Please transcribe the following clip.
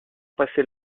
passer